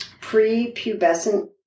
pre-pubescent